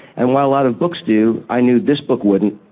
and while a lot of books do, i knew this book wouldn't,